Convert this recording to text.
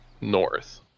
north